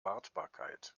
wartbarkeit